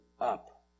up